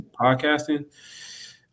podcasting